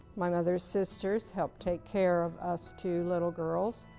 my mother's sisters helped take care of us two little girls.